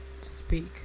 speak